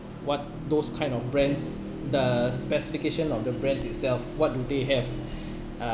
what those kind of brands the specification of the brands itself what do they have uh